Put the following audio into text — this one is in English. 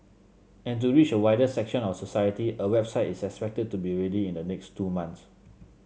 and to reach a wider section of society a website is expected to be ready in the next two months